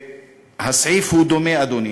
הסעיף הוא דומה, אדוני,